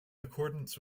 accordance